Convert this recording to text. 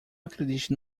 acredite